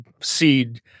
seed